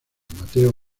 mateo